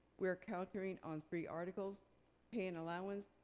we are countering on three articles pay and allowance,